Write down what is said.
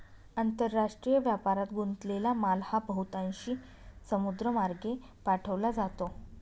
आंतरराष्ट्रीय व्यापारात गुंतलेला माल हा बहुतांशी समुद्रमार्गे पाठवला जातो